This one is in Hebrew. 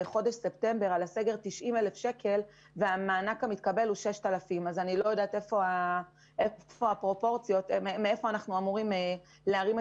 הסגר בספטמבר כ-90,000 שקלים והמענק שקיבלה עומד על 6,000. אני לא יודעת איפה הפרופורציות ואיך אנחנו יכולות לשרוד.